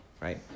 Right